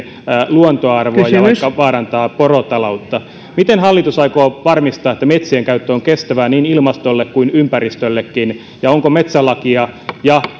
luontoarvoa ja vaarantavat porotaloutta miten hallitus aikoo varmistaa että metsien käyttö on kestävää niin ilmastolle kuin ympäristöllekin ja onko metsälakia ja